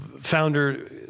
founder